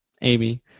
Amy